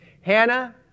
Hannah